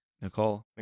Nicole